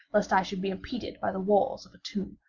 lest i should be impeded by the walls of a tomb.